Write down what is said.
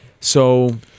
So-